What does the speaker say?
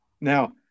Now